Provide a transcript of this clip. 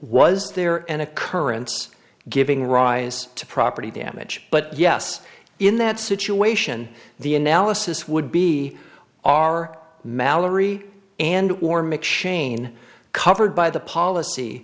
was there an occurrence giving rise to property damage but yes in that situation the analysis would be our malory and or mcshane covered by the policy